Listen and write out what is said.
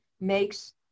makes